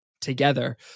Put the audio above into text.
together